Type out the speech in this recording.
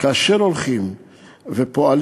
כאשר הולכים ופועלים